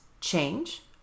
change